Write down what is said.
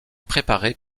préparée